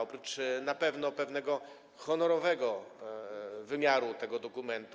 Oprócz na pewno pewnego honorowego wymiaru, ten dokument